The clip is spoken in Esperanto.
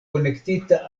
konektita